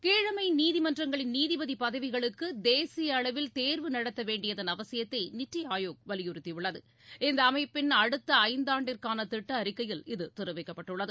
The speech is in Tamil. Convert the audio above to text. கீழமை நீதிமன்றங்களின் நீதிபதி பதவிகளுக்கு தேசிய அளவில் தேர்வு நடத்தவேண்டியதன் அவசியத்தை நித்தி ஆயோக் வலியுறுத்தி உள்ளது இந்த அமைப்பின் அடுத்த ஐந்தாண்டிற்கான திட்ட அறிக்கையில் இது தெரிவிக்கப்பட்டுள்ளது